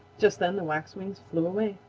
just then the waxwings flew away.